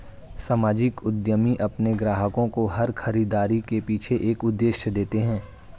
सामाजिक उद्यमी अपने ग्राहकों को हर खरीदारी के पीछे एक उद्देश्य देते हैं